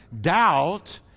doubt